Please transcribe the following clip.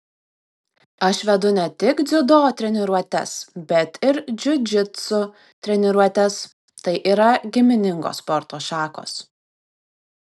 aš vedu ne tik dziudo treniruotes bet ir džiudžitsu treniruotes tai yra giminingos sporto šakos